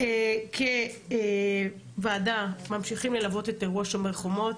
אנחנו כוועדה ממשיכים ללוות את אירוע שומר חומות.